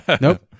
nope